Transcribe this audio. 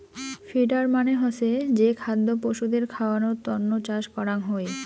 feeder মানে হসে যে খাদ্য পশুদের খাওয়ানোর তন্ন চাষ করাঙ হই